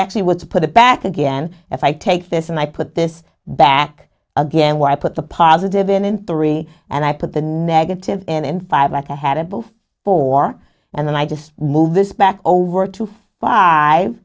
actually want to put it back again if i take this and i put this back again why put the positive in in three and i put the negative in five at a had a four and then i just move this back over to five